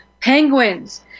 penguins